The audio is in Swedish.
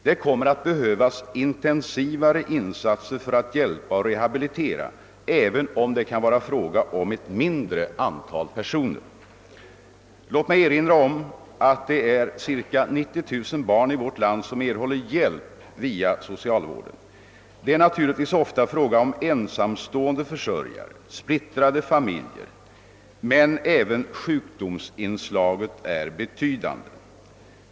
Det kommer att behövas intensivare insatser för att hjälpa och rehabilitera, även om det kan vara fråga om ett mindre antal personer. Låt mig emellertid erinra om att det är cirka 90 000 barn i vårt land som erhåller hjälp via socialvården. Det är naturligtvis ofta fråga om ensamstående försörjare, splittrade familjer etc., men även sjukdomsinslaget är betydande.